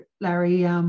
Larry